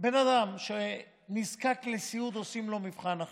בן אדם שנזקק לסיעוד, עושים לו מבחן הכנסה.